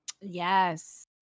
Yes